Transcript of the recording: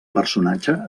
personatge